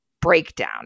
breakdown